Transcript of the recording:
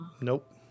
Nope